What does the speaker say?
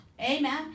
amen